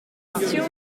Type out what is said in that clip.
question